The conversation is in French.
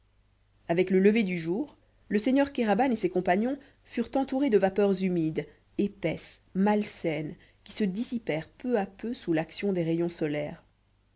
avec le lever du jour le seigneur kéraban et ses compagnons furent entourés de vapeurs humides épaisses malsaines qui se dissipèrent peu à peu sous l'action des rayons solaires